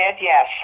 yes